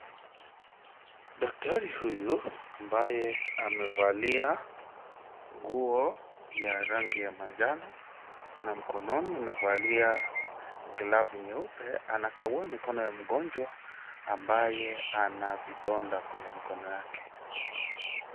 Daktari huyu ambaye amevalia nguo ya rangi ya manjano na mikononi amevalia glavu nyeupe anakagua mikono ya mgonjwa ambaye ana vidonda kwenye mikono yake.